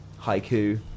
haiku